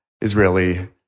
Israeli